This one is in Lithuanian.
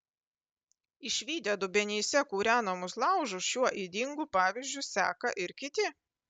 išvydę dubenyse kūrenamus laužus šiuo ydingu pavyzdžiu seka ir kiti